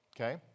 Okay